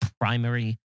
primary